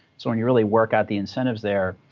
so when you really work out the incentives there,